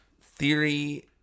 Theory